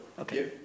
Okay